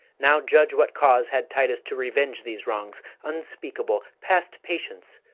now judge what cause had titus to revenge these wrongs unspeakable, past patience,